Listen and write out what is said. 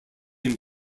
him